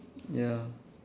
ya